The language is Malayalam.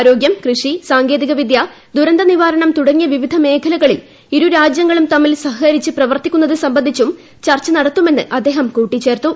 ആരോഗ്യം കൃഷി സാങ്കേതിക വിദ്യ ദുരന്ത നിവാരണം തുടങ്ങിയ വിവിധ മേഖലകളിൽ ഇരു രാജ്യങ്ങളും തമ്മിൽ സഹകരിച്ച് പ്രവർത്തിക്കുന്നത് സംബന്ധിച്ചും ചർച്ചു നടത്തുമെന്ന് അദ്ദേഹം കുട്ടിച്ചേർത്തു